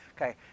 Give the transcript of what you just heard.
okay